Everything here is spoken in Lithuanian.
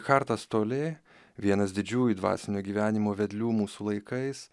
chartas tolė vienas didžiųjų dvasinio gyvenimo vedlių mūsų laikais